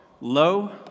low